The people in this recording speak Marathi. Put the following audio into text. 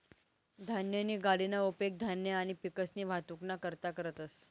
धान्यनी गाडीना उपेग धान्य आणि पिकसनी वाहतुकना करता करतंस